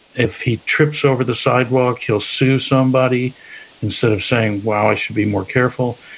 if he trips over the sidewalk, he'll sue somebody instead of saying, wow, i should be more careful.